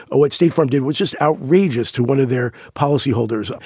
oh, at state farm did was just outrageous to one of their policyholders.